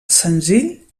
senzill